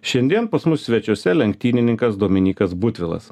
šiandien pas mus svečiuose lenktynininkas dominykas butvilas